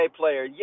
player